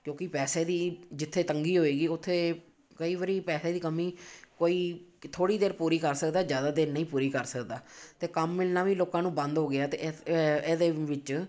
ਕਿਉਂਕਿ ਪੈਸੇ ਦੀ ਜਿੱਥੇ ਤੰਗੀ ਹੋਏਗੀ ਉੱਥੇ ਕਈ ਵਾਰੀ ਪੈਸੇ ਦੀ ਕਮੀ ਕੋਈ ਕ ਥੋੜ੍ਹੀ ਦੇਰ ਪੂਰੀ ਕਰ ਸਕਦਾ ਜ਼ਿਆਦਾ ਦੇਰ ਨਹੀਂ ਪੂਰੀ ਕਰ ਸਕਦਾ ਅਤੇ ਕੰਮ ਮਿਲਣਾ ਵੀ ਲੋਕਾਂ ਨੂੰ ਬੰਦ ਹੋ ਗਿਆ ਅਤੇ ਇਸ ਇਹਦੇ ਵਿੱਚ